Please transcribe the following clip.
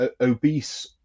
obese